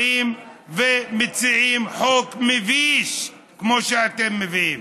באים ומציעים חוק מביש כמו שאתם מביאים.